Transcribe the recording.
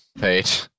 page